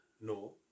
no